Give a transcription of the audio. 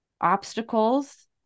obstacles